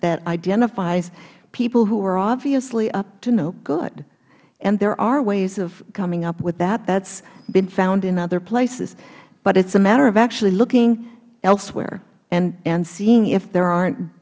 at identifies people who are obviously up to no good and there are ways of coming up with that that has been found in other places but it is a matter of actually looking elsewhere and seeing if there